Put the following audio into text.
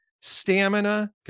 stamina